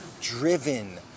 driven